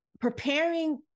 preparing